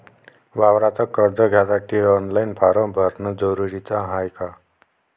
वावराच कर्ज घ्यासाठी ऑनलाईन फारम भरन जरुरीच हाय का?